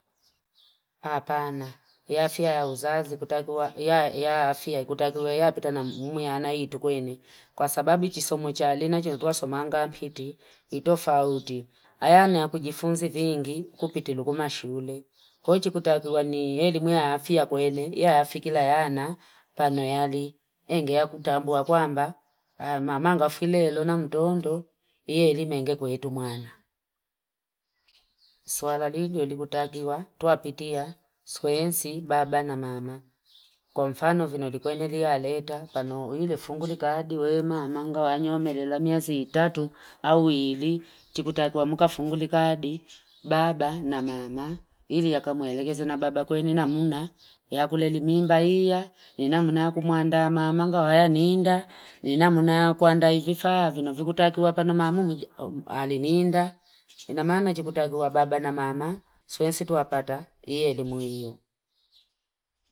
Hapana, ya afia ya uzazi kutakua ya afia kutakua ya pita na mkumu ya anayitu kwenye. Kwa sababi chisomo chalina, chumo tuwa somanga amhiti, idofa udi. Ayana ya kujifunzi thingi kupiti lukuma shule. Kochi kutakua ni elimu ya afia kwenye, ya afikila ayana panoyali. Enge ya kutambua kwa amba mamangafile elona mtondo, ye elimu enge kwenye tumwana. Swala liliwe likutakua, tuwa pitia, swensi baba na mama. Konfano vino likwenye liya aleta, panoyile fungulikadi we maamanga wanyome, lila miyazi itatu au wili, chikutakua muka fungulikadi, baba na mama. Ili ya kamuwelege zina baba kwenye namuna, ya kulelimimba hiya, nina muna kumuanda maamanga wayaninda, nina muna kuanda ififa, vino vikutakua pano mamu alininda, nina mama chikutakua baba na mama, swensi tuwa pata, ye elimu hiyo.